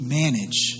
manage